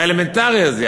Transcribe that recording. האלמנטרי הזה,